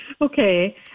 okay